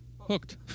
hooked